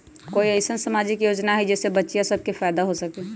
कोई अईसन सामाजिक योजना हई जे से बच्चियां सब के फायदा हो सके?